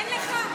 אין לך?